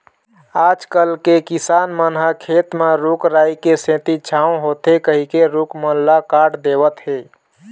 आजकल के किसान मन ह खेत म रूख राई के सेती छांव होथे कहिके रूख मन ल काट देवत हें